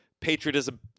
patriotism